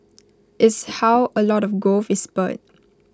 is how A lot of growth is spurred